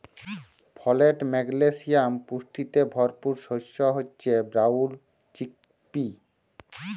folate, magnesium পুষ্টিতে ভরপুর শস্য হচ্যে ব্রাউল চিকপি